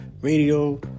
radio